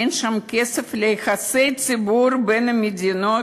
אין שם כסף ליחסי ציבור בין המדינות.